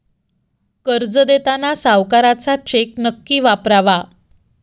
कर्ज देताना सावकाराचा चेक नक्की वापरावा